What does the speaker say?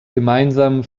gemeinsam